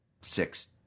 six